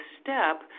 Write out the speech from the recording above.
step